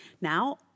Now